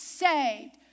saved